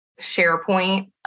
SharePoint